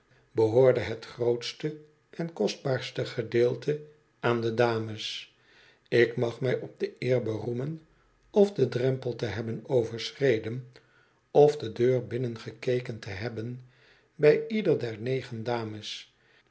behoorde het grootste en kostbaarste gedeelte aan de dames ik mag mij op de eer beroemen of den drempel te hebben overschreden of de deur binnengekeken te hebben bij ieder der negen dames